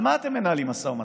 על מה אתם מנהלים משא ומתן?